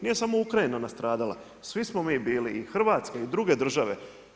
Nije samo Ukrajina nastradala, svi smo mi bili i Hrvatska i druge države.